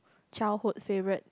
childhood favourite